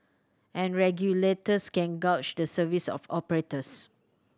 and regulators can gauge the service of operators